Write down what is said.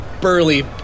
burly